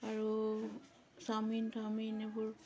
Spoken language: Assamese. আৰু চাওমিন তাওমিন এইবোৰ